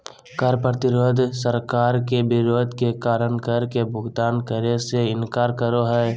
कर प्रतिरोध सरकार के विरोध के कारण कर के भुगतान करे से इनकार करो हइ